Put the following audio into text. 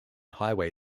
highway